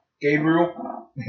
Gabriel